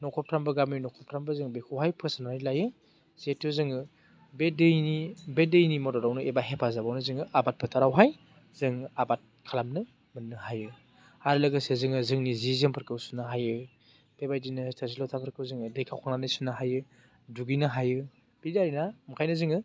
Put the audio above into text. न'खरफ्रामबो गामि न'खरफ्रामबो जों बेखौहाय फोसाबनानै लायो जिहेतु जोङो बे दैनि बे दैनि मददआवनो एबा हेफाजाबावनो जोङो आबाद फोथारावहाय जों आबाद खालामनो मोननो हायो आरो लोगोसे जोङो जोंंनि जि जोमफोरखौ सुनो हायो बेबायदिनो थोरसि लथाफोरखौ जोङो दै खावखांनानै सुनो हायो दुगैनो हायो बे जायो ना ओंखायनो जोङो